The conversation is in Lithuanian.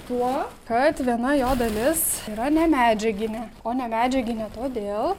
tuo kad viena jo dalis yra ne medžiaginė o ne medžiaginė todėl